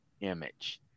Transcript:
image